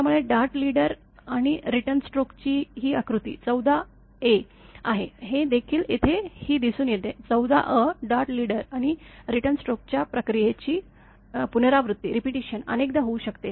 त्यामुळे dart leader आणि return stroke ची ही आकृती 14 अ आहे हे देखील येथे ही दिसून येते 14 अ डार्ट लीडर आणि रिटर्न स्ट्रोकच्या प्रक्रियेची पुनरावृत्तीअनेकदा होऊ शकते